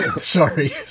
Sorry